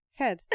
head